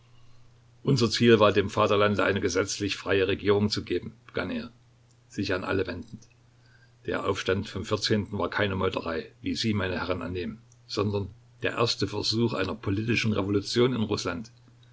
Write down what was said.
unser ziel war dem vaterlande eine gesetzlich freie regierung zu geben begann er sich an alle wendend der aufstand vom vierzehnten war keine meuterei wie sie meine herren annehmen sondern der erste versuch einer politischen revolution in rußland